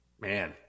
Man